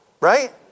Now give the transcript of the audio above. right